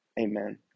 amen